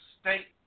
state